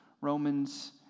Romans